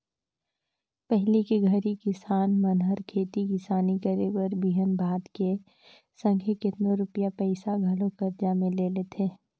पहिली के घरी किसान मन हर खेती किसानी करे बर बीहन भात के संघे केतनो रूपिया पइसा घलो करजा में ले लेथें